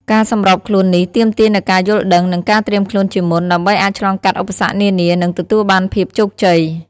ការសម្របខ្លួននេះទាមទារនូវការយល់ដឹង និងការត្រៀមខ្លួនជាមុន ដើម្បីអាចឆ្លងកាត់ឧបសគ្គនានា និងទទួលបានភាពជោគជ័យ។